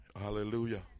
hallelujah